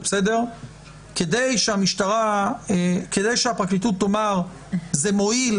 כדי שהפרקליטות תאמר: זה מועיל,